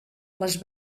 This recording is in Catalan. les